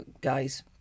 guys